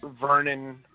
Vernon